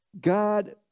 God